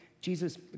Jesus